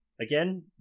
again